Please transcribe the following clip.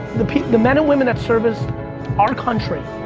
the the men and women that service our country,